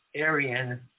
Aryan